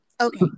Okay